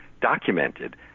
documented